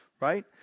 right